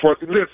listen